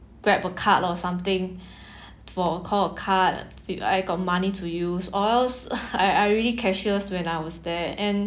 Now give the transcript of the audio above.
grab a card or something or call a card I got money to use or else I I really cashless when I was there and